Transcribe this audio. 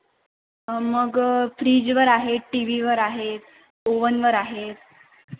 मग फ्रीजवर आहेत टी व्हीवर आहेत ओवनवर आहेत